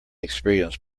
experienced